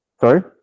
sorry